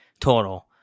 total